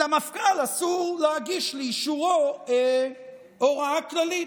למפכ"ל אסור להגיש לאישורו הוראה כללית.